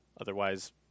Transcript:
otherwise